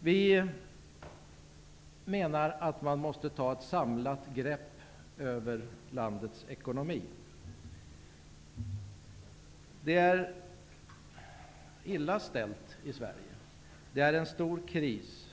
Vi menar att vi måste ta ett samlat grepp över landets ekonomi. Det är illa ställt i Sverige. Det är en stor kris.